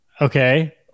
Okay